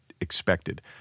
expected